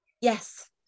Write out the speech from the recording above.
Yes